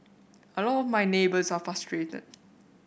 a lot of my neighbours are frustrated